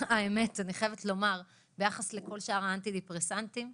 אני חייבת לומר ביחס לכל שאר האנטי דיפרסנטים,